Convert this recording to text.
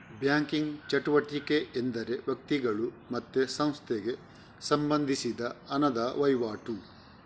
banking ಚಟುವಟಿಕೆ ಎಂದರೆ ವ್ಯಕ್ತಿಗಳು ಮತ್ತೆ ಸಂಸ್ಥೆಗೆ ಸಂಬಂಧಿಸಿದ ಹಣದ ವೈವಾಟು